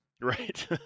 Right